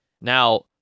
Now